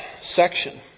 section